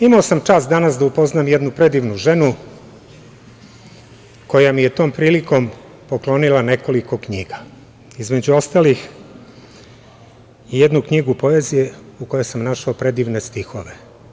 Imao sam čast danas da upoznam jednu predivnu ženu koja mi je tom prilikom poklonila nekoliko knjiga, između ostalih i jednu knjigu poezije u kojoj sam našao predivne stihove.